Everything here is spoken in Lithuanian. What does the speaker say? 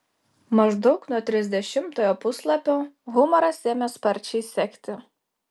maždaug nuo trisdešimtojo puslapio humoras ėmė sparčiai sekti